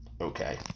Okay